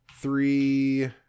Three